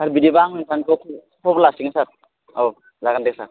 सार बिदिब्ला आं सारखौ खबर लासिगोन सार औ जागोन दे सार